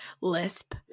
lisp